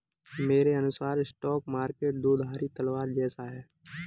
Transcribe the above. मेरे अनुसार stock market दो धारी तलवार जैसा है